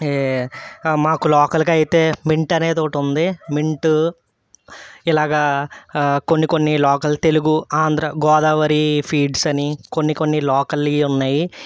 మాకు లోకల్గా అయితే మింట్ అనేది ఒకటి ఉంది మింట ఇలాగా కొన్ని కొన్ని లోకల్ తెలుగు ఆంధ్ర గోదావరి ఫీడ్స్ అని కొన్ని కొన్ని లోకల్ అవి ఉన్నాయి